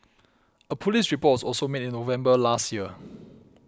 a police report was also made in November last year